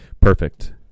perfect